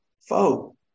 foe